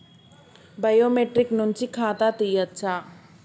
Biometric నుంచి ఖాతా తీయచ్చా?